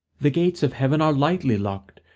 the gates of heaven are lightly locked,